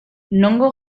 nongo